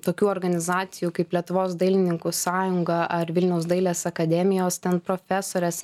tokių organizacijų kaip lietuvos dailininkų sąjunga ar vilniaus dailės akademijos ten profesorės